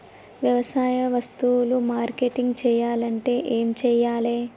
వ్యవసాయ వస్తువులు మార్కెటింగ్ చెయ్యాలంటే ఏం చెయ్యాలే?